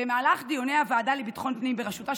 במהלך דיוני הוועדה לביטחון פנים בראשותה